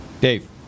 Dave